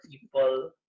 people